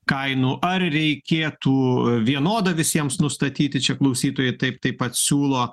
kainų ar reikėtų vienodą visiems nustatyti čia klausytojai taip taip pat siūlo